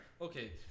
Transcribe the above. Okay